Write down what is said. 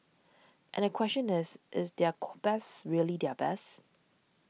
and the question is is their best really their best